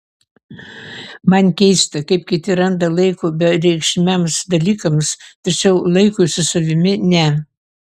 man keista kaip kiti randa laiko bereikšmiams dalykams tačiau laikui su savimi ne